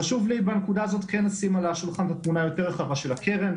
חשוב לי בנקודה הזאת כן לשים על השולחן את התמונה היותר רחבה של הקרן,